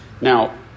Now